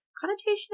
Connotation